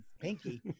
pinky